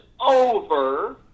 over